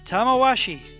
Tamawashi